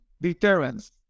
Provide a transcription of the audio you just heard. deterrence